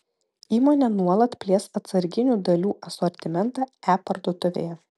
įmonė nuolat plės atsarginių dalių asortimentą e parduotuvėje